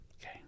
Okay